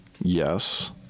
yes